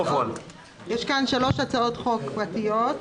יש כאן שלוש הצעות חוק פרטיות,